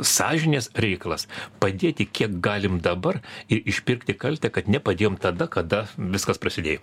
sąžinės reikalas padėti kiek galim dabar ir išpirkti kaltę kad nepadėjome tada kada viskas prasidėjo